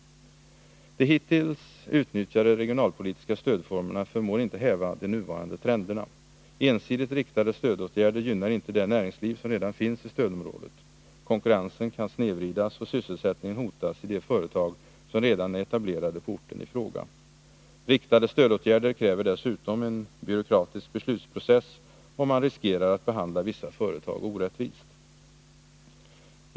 De hittills utnyttjade regionalpolitiska stödformerna förmår inte häva de nuvarande trenderna. Ensidigt riktade stödåtgärder gynnar inte det näringsliv som redan finns i stödområdet. Konkurrensen kan snedvridas, och sysselsättningen hotas i de företag som redan är etablerade på orten i fråga. Riktade stödåtgärder kräver dessutom en byråkratisk beslutsprocess, och man riskerar att behandla vissa företag orättvist.